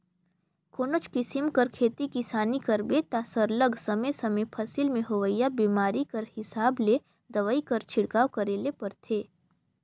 कोनोच किसिम कर खेती किसानी करबे ता सरलग समे समे फसिल में होवइया बेमारी कर हिसाब ले दवई कर छिड़काव करे ले परथे